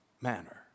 manner